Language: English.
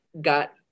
got